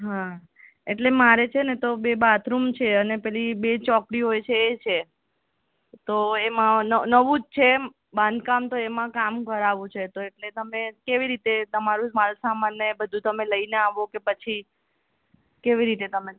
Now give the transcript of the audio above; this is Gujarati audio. હા એટલે મારે છે ને તો બે બાથરૂમ છે અને પેલી બે ચોકડીઓ હોય છે એ છે તો એમાં ન નવું જ છે બાંધકામ તો એમાં કામ કરાવવું છે તો એટલે તમે કેવી રીતે તમારો માલ સામાન ને એ બધું તમે લઈને આવો કે પછી કેવી રીતે તમે